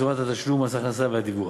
צורת תשלום מס הכנסה והדיווח.